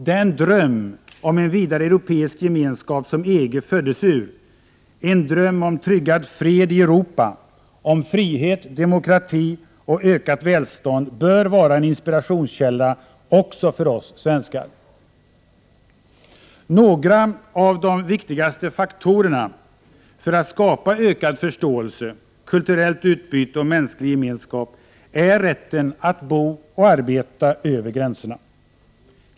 Den dröm om en vidare europeisk gemenskap som EG föddes ur, en dröm om tryggad fred i Europa, om frihet, demokrati och ökat välstånd, bör vara en inspirationskälla också för oss svenskar. Några av de viktigaste faktorerna för att skapa ökad förståelse, kulturellt utbyte och mänsklig gemenskap är rätten att bo och att arbeta över gränserna.